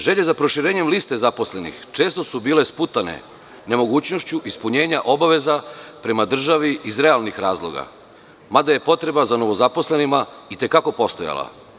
Želje za proširenjem liste zaposlenih često su bile sputane nemogućnošću ispunjenja obaveza prema državi iz realnih razloga, mada je potreba za novozaposlenim i te kako postojala.